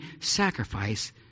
sacrifice